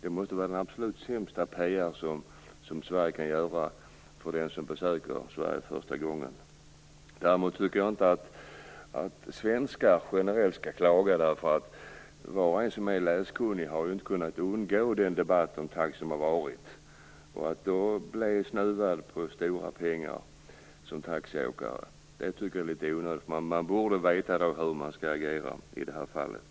Det måste vara den absolut sämsta PR som Sverige kan få, för den som besöker Sverige för första gången. Däremot tycker jag inte att svenskar generellt skall klaga. Var och en som är läskunnig har ju inte kunnat undgå den debatt om taxi som har varit. Att som taxiåkare då bli snuvad på stora pengar tycker jag är litet onödigt. Man borde veta hur man skall agera i det fallet.